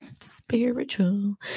Spiritual